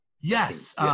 Yes